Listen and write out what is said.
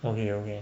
okay okay